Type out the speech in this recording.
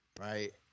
Right